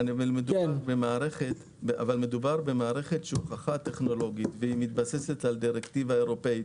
מדובר במערכת שהוכחה טכנולוגית והיא מתבססת על דירקטיבה אירופאית.